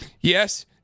Yes